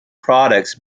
products